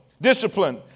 Discipline